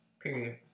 Period